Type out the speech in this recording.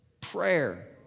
prayer